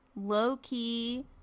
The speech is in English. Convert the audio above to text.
low-key